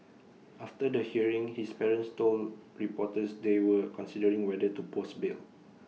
after the hearing his parents told reporters they were considering whether to post bail